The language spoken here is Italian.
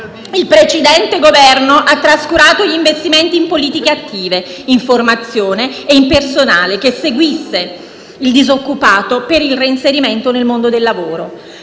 Il precedente Governo ha trascurato gli investimenti in politiche attive, in formazione e in personale che seguisse il disoccupato per il reinserimento nel mondo del lavoro.